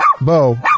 Bo